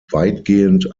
weitgehend